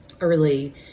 early